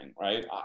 right